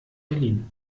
berlin